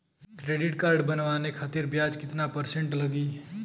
Credit card बनवाने खातिर ब्याज कितना परसेंट लगी?